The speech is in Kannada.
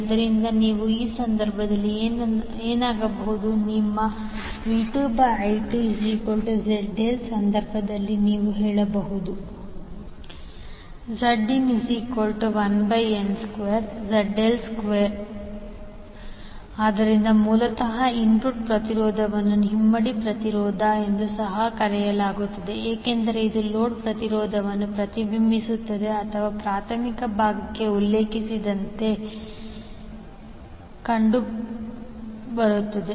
ಆದ್ದರಿಂದ ಆ ಸಂದರ್ಭದಲ್ಲಿ ಏನಾಗಬಹುದು ನಿಮ್ಮ V2I2ZLಆ ಸಂದರ್ಭದಲ್ಲಿ ನೀವು ಹೇಳಬಹುದು Zin1n2ZL2 ಆದ್ದರಿಂದ ಮೂಲತಃ ಇನ್ಪುಟ್ ಪ್ರತಿರೋಧವನ್ನು ಹಿಮ್ಮಡಿ ಪ್ರತಿರೋಧ ಎಂದು ಸಹ ಕರೆಯಲಾಗುತ್ತದೆ ಏಕೆಂದರೆ ಇದು ಲೋಡ್ ಪ್ರತಿರೋಧವನ್ನು ಪ್ರತಿಬಿಂಬಿಸುತ್ತದೆ ಅಥವಾ ಪ್ರಾಥಮಿಕ ಭಾಗಕ್ಕೆ ಉಲ್ಲೇಖಿಸಿದಂತೆ ಕಂಡುಬರುತ್ತದೆ